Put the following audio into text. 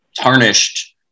tarnished